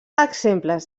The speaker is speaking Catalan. exemples